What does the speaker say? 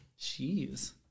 jeez